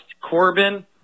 Corbin